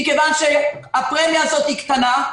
זאת מכיוון שהפרמיה הזאת היא קטנה,